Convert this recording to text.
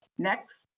next,